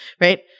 Right